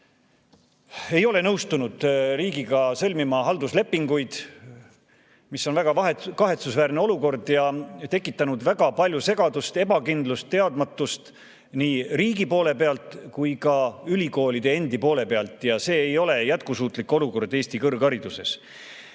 ei ole nõustunud riigiga sõlmima halduslepinguid. See on väga kahetsusväärne olukord ning tekitanud väga palju segadust ja ebakindlust, teadmatust nii riigi kui ka ülikoolide poole pealt. See ei ole jätkusuutlik olukord Eesti kõrghariduses.